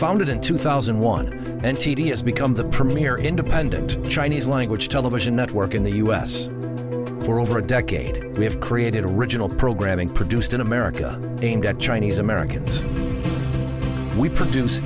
founded in two thousand and one and t d s become the premier independent chinese language television network in the u s for over a decade we have created original programming produced in america aimed at chinese americans we produce